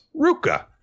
Ruka